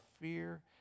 fear